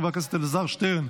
חבר הכנסת אלעזר שטרן,